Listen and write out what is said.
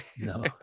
No